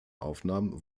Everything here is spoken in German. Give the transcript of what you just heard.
aufnahmen